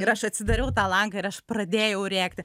ir aš atsidariau tą langą ir aš pradėjau rėkti